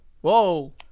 Whoa